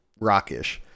rockish